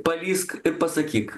palįsk ir pasakyk